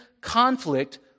conflict